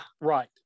Right